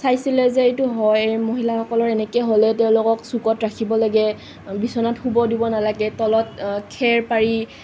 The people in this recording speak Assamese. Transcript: চাইছিলে যে এইটো হয় মহিলাসকলৰ এনেকে হ'লে তেওঁলোকক চুকত ৰাখিব লাগে বিচনাত শুব দিব নালাগে তলত খেৰ পাৰি